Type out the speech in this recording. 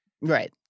Right